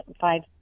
five